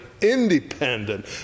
independent